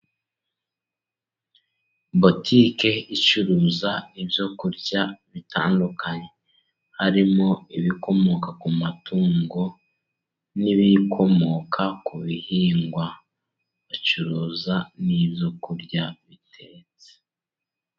Botike icuruza ibyokurya bitandukanye. Harimo ibikomoka ku matungo n'ibikomoka ku bihingwa. bacuruza n'ibyo kurya bitetse.